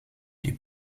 die